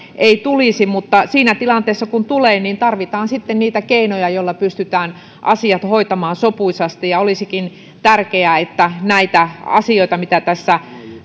ei tulisi mutta siinä tilanteessa kun tulee tarvitaan sitten niitä keinoja joilla pystytään asiat hoitamaan sopuisasti olisikin tärkeää että näitä asioita mitä tässä